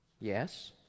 Yes